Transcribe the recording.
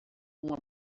uma